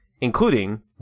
including